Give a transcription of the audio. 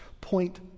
Point